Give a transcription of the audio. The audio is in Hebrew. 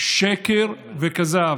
שקר וכזב.